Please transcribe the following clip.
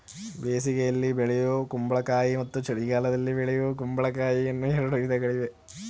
ಬೇಸಿಗೆಯಲ್ಲಿ ಬೆಳೆಯೂ ಕುಂಬಳಕಾಯಿ ಮತ್ತು ಚಳಿಗಾಲದಲ್ಲಿ ಬೆಳೆಯೂ ಕುಂಬಳಕಾಯಿ ಅನ್ನೂ ಎರಡು ವಿಧಗಳಿವೆ